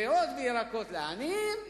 פירות וירקות לעניים,